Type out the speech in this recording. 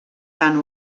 tant